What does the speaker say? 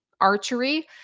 Archery